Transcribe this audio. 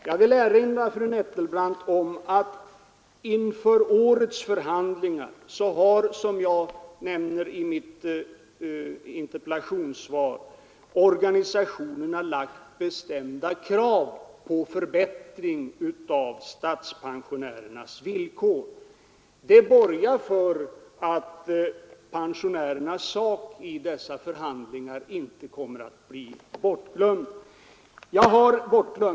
Jag vill erinra fru Fredagen den Nettelbrandt om att inför årets förhandlingar har, såsom jag nämner i 7 december 1973 mitt interpellationssvar, organisationerna framlagt bestämda krav på förbättring av statspensionärernas villkor. Det borgar för att pensionärernas sak i dessa förhandlingar inte kommer att bli bortglömd.